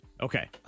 Okay